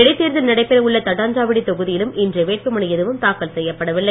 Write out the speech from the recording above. இடைத்தேர்தல் நடைபெற உள்ள தட்டாஞ்சாவடி தொகுதியிலும் இன்று வேட்புமனு எதுவும் தாக்கல் செய்யப்படவில்லை